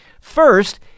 First